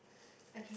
okay